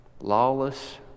lawless